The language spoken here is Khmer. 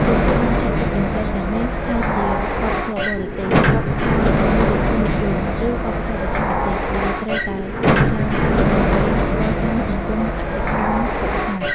ពួកគេបានចាត់ទុកតន្ត្រីទាំងនេះថាជា "វប្បធម៌បរទេស" "វប្បធម៌មូលធននិយម" ឬ "វប្បធម៌បច្ចេកទេស" ដែលត្រូវតែបំផ្លាញចោលដើម្បីកសាងសង្គមកសិកម្មសុទ្ធសាធ។